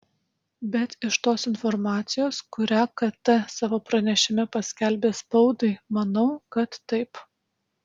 bet iš tos informacijos kurią kt savo pranešime paskelbė spaudai manau kad taip